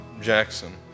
Jackson